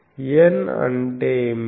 N అంటే ఏమిటి